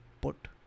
put